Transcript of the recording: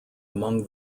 among